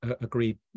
agreed